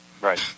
Right